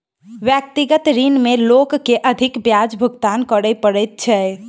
व्यक्तिगत ऋण में लोक के अधिक ब्याज भुगतान करय पड़ैत छै